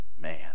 man